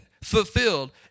fulfilled